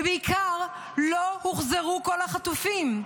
ובעיקר לא הוחזרו כל החטופים.